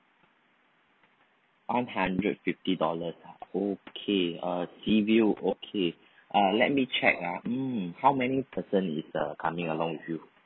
one hundred fifty dollar okay ah seaview okay let me check uh um mm how many person is uh coming along with you